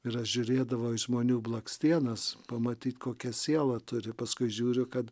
ir aš žiūrėdavau į žmonių blakstienas pamatyt kokia siela turi paskui žiūriu kad